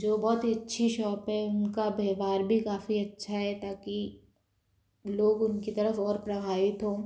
जो बहुत ही अच्छी शॉप है उनका व्यवहार भी काफ़ी अच्छा है ताकि लोग उनकी तरफ और प्रभावित हो